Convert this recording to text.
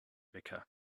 wecker